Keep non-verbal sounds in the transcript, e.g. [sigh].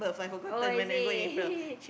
oh is it [laughs]